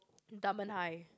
Dunman-High